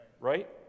Right